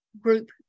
group